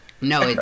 No